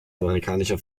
amerikanische